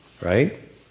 right